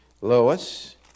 Lois